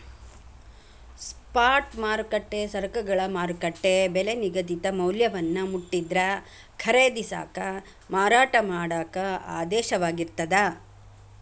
spot ಮಾರುಕಟ್ಟೆ ಸರಕುಗಳ ಮಾರುಕಟ್ಟೆ ಬೆಲಿ ನಿಗದಿತ ಮೌಲ್ಯವನ್ನ ಮುಟ್ಟಿದ್ರ ಖರೇದಿಸಾಕ ಮಾರಾಟ ಮಾಡಾಕ ಆದೇಶವಾಗಿರ್ತದ